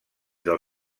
del